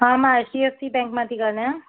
हा मां H D F C bank मां थी ॻाल्हायां